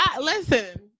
Listen